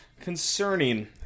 concerning